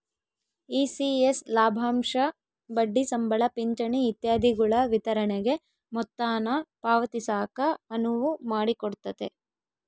ECS ಲಾಭಾಂಶ ಬಡ್ಡಿ ಸಂಬಳ ಪಿಂಚಣಿ ಇತ್ಯಾದಿಗುಳ ವಿತರಣೆಗೆ ಮೊತ್ತಾನ ಪಾವತಿಸಾಕ ಅನುವು ಮಾಡಿಕೊಡ್ತತೆ